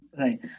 Right